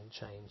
change